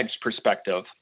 perspective